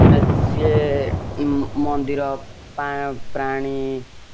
ଏ ସିଏ ମନ୍ଦିର ପ୍ରାଣୀ